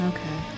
Okay